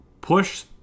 push